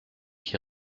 qui